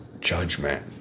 judgment